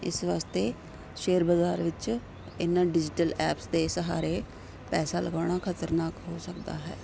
ਇਸ ਵਾਸਤੇ ਸ਼ੇਅਰ ਬਾਜ਼ਾਰ ਵਿੱਚ ਇਹਨਾਂ ਡਿਜੀਟਲ ਐਪਸ ਦੇ ਸਹਾਰੇ ਪੈਸਾ ਲਗਾਉਣਾ ਖ਼ਤਰਨਾਕ ਹੋ ਸਕਦਾ ਹੈ